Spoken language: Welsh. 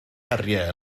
heriau